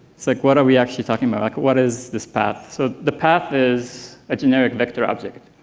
it's like, what are we actually talking about? like, what is this path? so the path is a generic vector object.